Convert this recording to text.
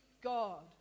God